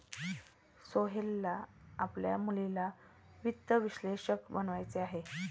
सोहेलला आपल्या मुलीला वित्त विश्लेषक बनवायचे आहे